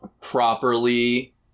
properly